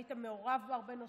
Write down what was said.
היית מעורב בהרבה נושאים,